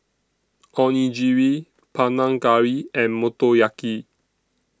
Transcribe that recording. Onigiri Panang Curry and Motoyaki